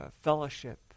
fellowship